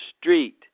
Street